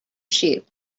sheep